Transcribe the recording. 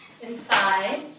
inside